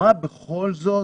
כדאי לשמוע מה בכל זאת